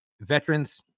veterans